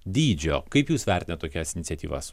dydžio kaip jūs vertinat tokias iniciatyvas